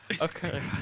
Okay